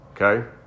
Okay